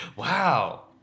wow